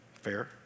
Fair